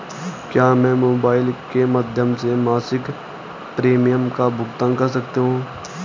क्या मैं मोबाइल के माध्यम से मासिक प्रिमियम का भुगतान कर सकती हूँ?